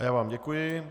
Já vám děkuji.